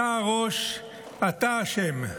אתה הראש, אתה אשם.